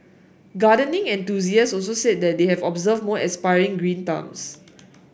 gardening enthusiasts also say that they have observed more aspiring green thumbs